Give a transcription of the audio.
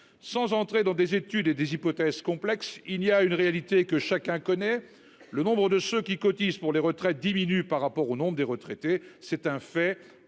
sans entrer dans des études et des hypothèses complexe il y a une réalité que chacun connaît le nombre de ceux qui cotisent pour les retraites diminuent par rapport au nombre des retraités, c'est un fait.